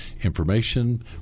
information